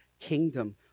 kingdom